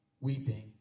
weeping